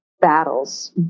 battles